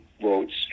Votes